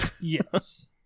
Yes